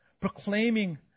proclaiming